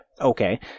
Okay